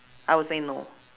I would say no